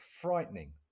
frightening